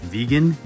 Vegan